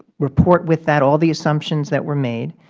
report with that all the assumptions that were made,